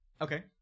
Okay